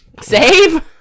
Save